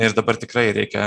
ir dabar tikrai reikia